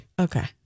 okay